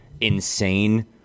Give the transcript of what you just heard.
insane